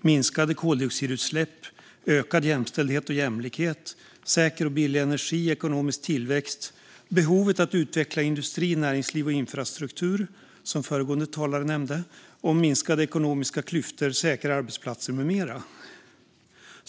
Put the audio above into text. minskade koldioxidutsläpp, ökad jämställdhet och jämlikhet, säker och billig energi, ekonomisk tillväxt, behovet av att utveckla industri, näringsliv och infrastruktur - som föregående talare nämnde - samt minskade ekonomiska klyftor, säkra arbetsplatser med mera.